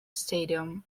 stadium